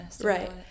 right